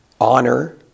honor